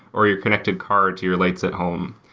or your connected car to your lights at home.